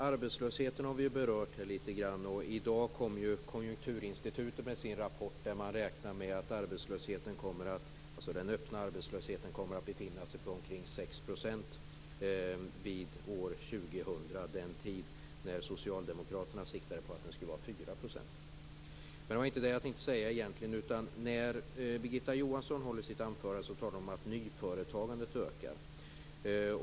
Fru talman! Vi har berört arbetslösheten litet grand. I dag kom Konjunkturinstitutet med sin rapport där man räknar med att den öppna arbetslösheten kommer att befinna sig på omkring 6 % år 2000, den tid när socialdemokraterna siktade på att den skulle vara 4 %. Men det var egentligen inte det jag tänkte säga. När Birgitta Johansson höll sitt anförande talade hon om att nyföretagandet ökar.